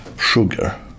sugar